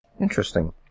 interesting